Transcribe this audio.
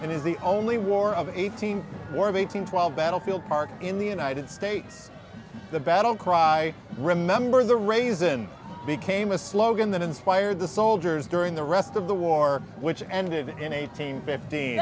eighteen war of eight hundred twelve battlefield park in the united states the battle cry remember the raisin became a slogan that inspired the soldiers during the rest of the war which ended in eighteen fifty